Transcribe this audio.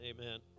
amen